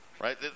right